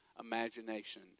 imagination